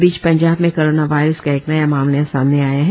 इस बीच पंजाब में कोरोना वायरस का एक नया मरीज सामने आया है